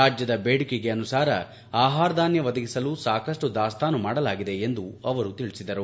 ರಾಜ್ಯದ ಬೇಡಿಕೆಗೆ ಅನುಸಾರ ಆಹಾರಧಾನ್ಯ ಒದಗಿಸಲು ಸಾಕಷ್ಟು ದಾಸ್ತಾನು ಮಾಡಲಾಗಿದೆ ಎಂದು ಅವರು ತಿಳಿಸಿದರು